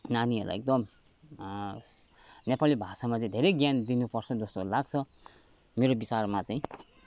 नानीहरूलाई एकदम नेपाली भाषामा चाहिँ धेरै ज्ञान दिनुपर्छ जस्तो लाग्छ मेरो विचारमा चाहिँ